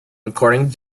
recording